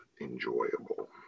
enjoyable